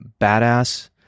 badass